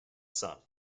son